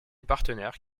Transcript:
partenaire